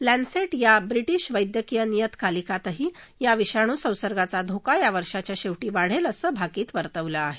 लस्सिट या ब्रिटिश वैद्यकीय नियतकालिकातही या विषाणू संसर्गाचा धोका या वर्षाच्या शेवटी वाढेल असं भाकीत वर्तवलं आहे